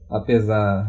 apesar